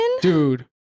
dude